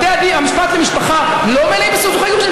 בתי המשפט למשפחה לא מלאים בסכסוכי גירושים?